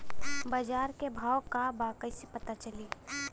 बाजार के भाव का बा कईसे पता चली?